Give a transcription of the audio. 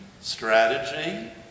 strategy